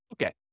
Okay